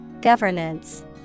Governance